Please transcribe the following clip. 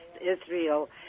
Israel